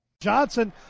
Johnson